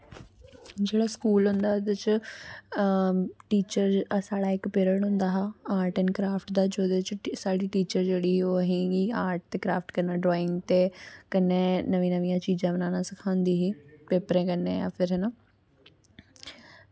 जेह्ड़ा स्कूल होंदा एह्दे च टीचर साढ़ा इक पिर्ड़ होंदा हा आर्ट ऐंड कराफ्ट दा जेह्दे च साढ़ी टीचर ही ओह् असें आर्ट कराफस करना डरॉईंग ते कन्नैं नमियां नमियां चीजां करना सखांदी ही पेपरें कन्नैं जां फिर इ'यां